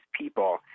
people